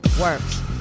works